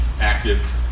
active